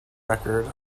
record